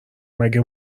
مگه